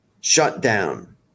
Shutdown